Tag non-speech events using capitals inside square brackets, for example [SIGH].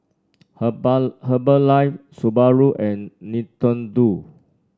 [UNINTELLIGIBLE] Herbalife Subaru and Nintendo